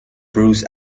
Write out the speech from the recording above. bruce